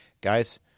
Guys